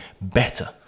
better